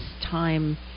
time